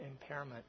impairment